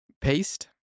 paste